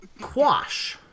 Quash